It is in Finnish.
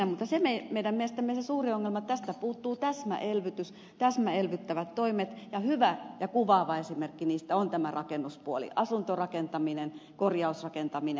mutta se meidän mielestämme on se suuri ongelma että tästä puuttuu täsmäelvytys puuttuvat täsmäelvyttävät toimet ja hyvä ja kuvaava esimerkki niistä on tämä rakennuspuoli asuntorakentaminen korjausrakentaminen